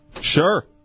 Sure